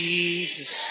Jesus